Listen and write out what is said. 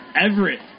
Everett